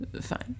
fine